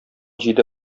җиде